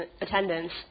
attendance